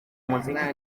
umuziki